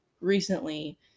recently